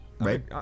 right